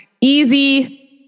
easy